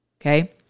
Okay